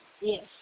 Yes